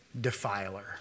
defiler